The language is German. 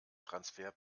transfer